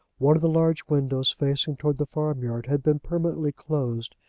one of the large windows facing towards the farmyard had been permanently closed,